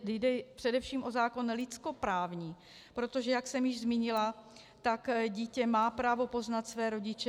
Jde především o zákon lidskoprávní, protože jak jsem již zmínila, dítě má právo poznat své rodiče.